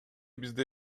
бизде